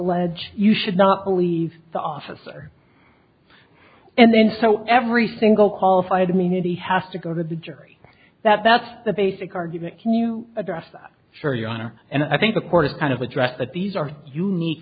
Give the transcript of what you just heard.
e you should not believe the officer and then so every single qualified immunity has to go to the jury that that's the basic argument can you address sure your honor and i think the court is kind of address that these are unique